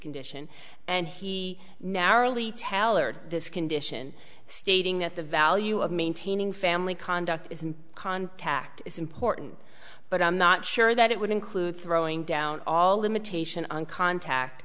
condition and he narrowly tailored this condition stating that the value of maintaining family conduct is in contact is important but i'm not sure that it would include throwing down all limitation on contact